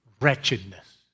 wretchedness